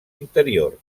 interior